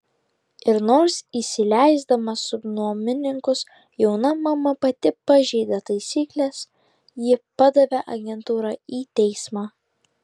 ir nors įsileisdama subnuomininkus jauna mama pati pažeidė taisykles ji padavė agentūrą į teismą